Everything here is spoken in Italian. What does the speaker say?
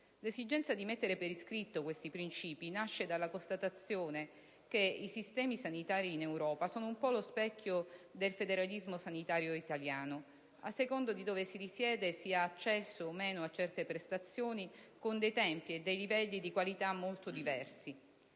L'esigenza di mettere per iscritto questi princìpi nasce dalla constatazione che i sistemi sanitari in Europa sono un po' lo specchio del federalismo sanitario italiano: a seconda di dove si risiede si ha accesso o meno a certe prestazioni, con tempi e livelli di qualità molto diversi.